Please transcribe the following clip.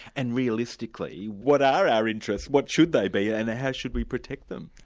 and realistically, what are our interests? what should they be, and how should we protect them?